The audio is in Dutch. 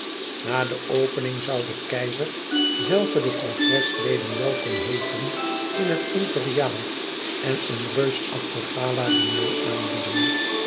na de opening zoû de keizer zelve de congresleden welkom heeten in het imperiaal en een reusachtig galadiner aanbieden